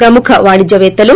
ప్రముక వాణిజ్య పేత్తలు